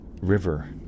river